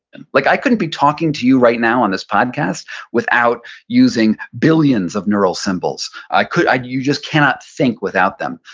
and like i couldn't be talking to you right now on this podcast without using billions of neural symbols. i could, you just cannot think without them.